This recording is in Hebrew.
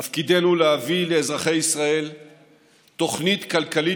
תפקידנו להביא לאזרחי ישראל תוכנית כלכלית